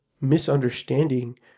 misunderstanding